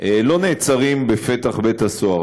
לא נעצרים בפתח בית-הסוהר,